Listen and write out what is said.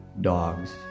dogs